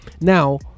Now